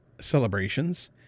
celebrations